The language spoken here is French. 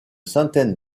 centaine